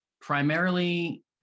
primarily